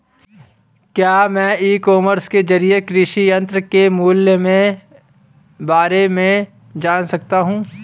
क्या मैं e commerce के ज़रिए कृषि यंत्र के मूल्य में बारे में जान सकता हूँ?